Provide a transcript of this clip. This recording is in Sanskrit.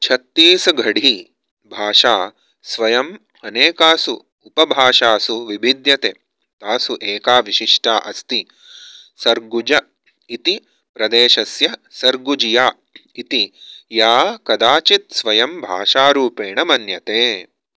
छत्तीसघढ़ीभाषा स्वयम् अनेकासु उपभाषासु विभिद्यते तासु एका विशिष्टा अस्ति सर्गुज इति प्रदेशस्य सर्गुजिया इति या कदाचित् स्वयं भाषारूपेण मन्यते